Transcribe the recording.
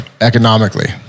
economically